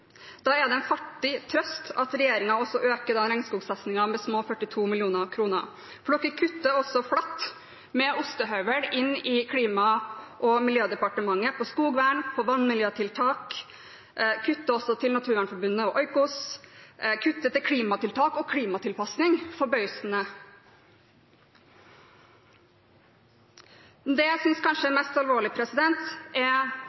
Da er det en fattig trøst at regjeringen øker regnskogsatsingen med små 42 mill. kr, for de kutter også flatt, med ostehøvel, i Klima- og miljødepartementet på skogvern, på vannmiljøtiltak. De kutter også til Naturvernforbundet og Oikos, de kutter til klimatiltak og klimatilpasning – forbausende. Det jeg synes kanskje er mest alvorlig, er